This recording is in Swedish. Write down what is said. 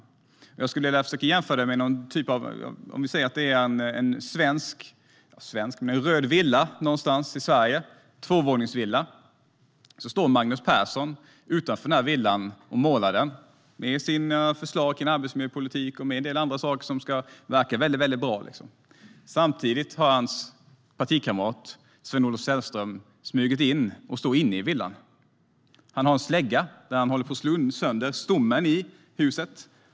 Jag skulle vilja jämföra det med en röd tvåvåningsvilla någonstans i Sverige. Magnus Persson står utanför villan och målar den med sina förslag om arbetsmiljöpolitik och en del andra saker som ska verka bra. Samtidigt har hans partikamrat, Sven-Olof Sällström, smugit in och står inne i villan. Han har en slägga och håller på och slår sönder stommen i huset.